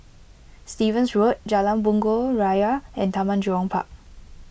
Stevens Road Jalan Bunga Raya and Taman Jurong Park